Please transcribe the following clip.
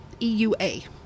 EUA